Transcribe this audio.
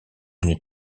une